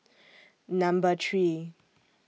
Number three